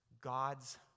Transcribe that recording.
God's